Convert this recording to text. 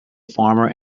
farmer